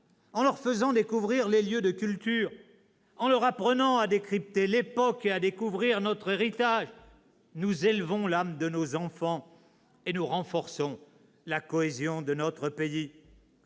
en leur faisant découvrir les lieux de culture, en leur apprenant à décrypter l'époque et à découvrir notre héritage, nous élevons l'âme de nos enfants et nous renforçons la cohésion de notre pays.